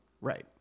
Right